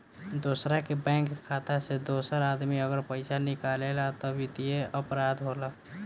दोसरा के बैंक खाता से दोसर आदमी अगर पइसा निकालेला त वित्तीय अपराध होला